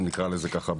נקרא לזה ככה,